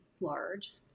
large